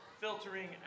filtering